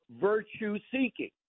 virtue-seeking